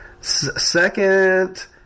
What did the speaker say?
second